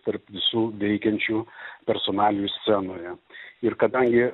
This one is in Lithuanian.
tarp visų veikiančių personalių scenoje ir kadangi